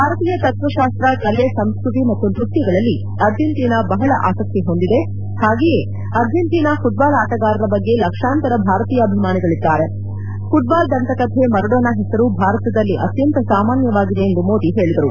ಭಾರತೀಯ ತತ್ವಶಾಸ್ತ್ರ ಕಲೆ ಸಂಸ್ಕೃತಿ ಮತ್ತು ನೃತ್ಯಗಳಲ್ಲಿ ಅರ್ಜೆಂಟೀನಾ ಬಹಳ ಆಸಕ್ತಿ ಹೊಂದಿದೆ ಹಾಗೆಯೇ ಅರ್ಜೆಂಟೀನಾ ಫುಟ್ಬಾಲ್ ಆಟಗಾರರ ಬಗ್ಗೆ ಲಕ್ಷಾಂತರ ಭಾರತೀಯ ಅಭಿಮಾನಿಗಳಿದ್ದಾರೆ ಫುಟ್ಬಾಲ್ ದಂತಕಥೆ ಮರಡೋನಾ ಹೆಸರು ಭಾರತದಲ್ಲಿ ಅತ್ಯಂತ ಸಾಮಾನ್ಯವಾಗಿದೆ ಎಂದು ಮೋದಿ ಹೇಳಿದರು